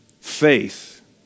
Faith